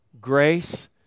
Grace